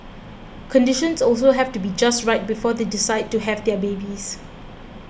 conditions also have to be just right before they decide to have their babies